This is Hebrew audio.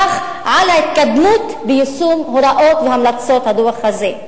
על ההתקדמות ביישום ההוראות וההמלצות של הדוח הזה.